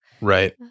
Right